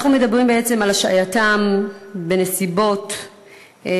אנחנו מדברים בעצם על השעייתם בנסיבות אלה,